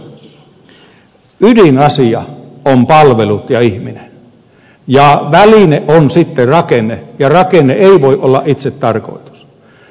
ydinasia on palvelut ja ihminen ja väline on sitten rakenne ja rakenne ei voi olla itsetarkoitus